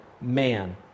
man